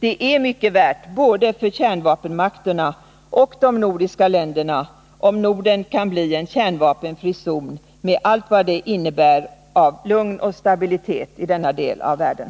Det är mycket värt både för kärnvapenmakterna Nr 48 och för de nordiska länderna om Norden kan bli en kärnvapenfri zon med allt Ö Fr Fredagen den vad det innebär av lugn och stabilitet i denna del av världen.